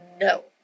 no